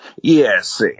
Yes